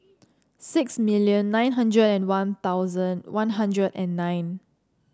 six million nine hundred and One Thousand One Hundred and nine